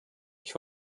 ich